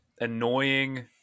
annoying –